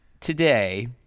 Today